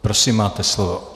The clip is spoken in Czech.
Prosím, máte slovo.